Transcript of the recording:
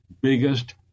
biggest